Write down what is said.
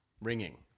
Ringing